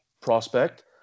prospect